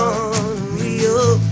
unreal